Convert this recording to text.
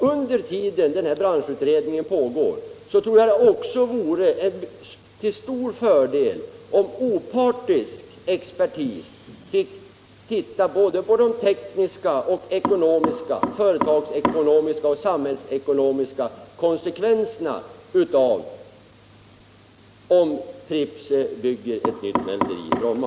Under tiden som branschutredningen pågår tror jag också att det vore till stor fördel om opartisk expertis fick titta på de tekniska, företagsekonomiska och samhällsekonomiska konsekvenserna av att Pripps bygger ett nytt mälteri i Bromma.